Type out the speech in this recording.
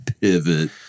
Pivot